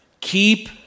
keep